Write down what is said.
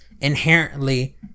inherently